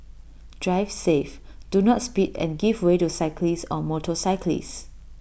drive safe do not speed and give way to cyclists or motorcyclists